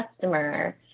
customer